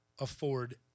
afford